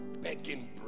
Begging